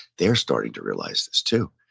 they're starting to realize this too.